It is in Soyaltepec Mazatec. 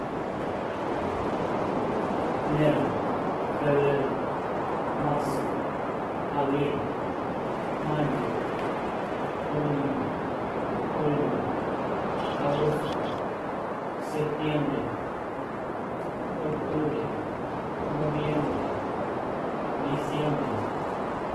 Enero febrero marso abríi mayo junio julio agosto setiembre otubre nobiembre disiembre